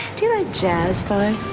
do you like jazz, five?